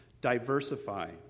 diversify